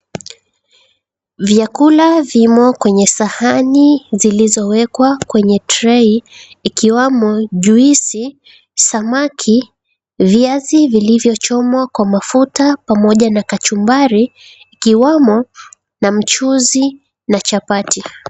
Vyakula vimo kwenye sahani zilizowekwa kwenye trei ikiwamo juisi, samaki, viazi vilivyochomwa kwa mafuta pamoja na kachumbari ikiwamo na mchuzi na chapati.